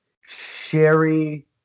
Sherry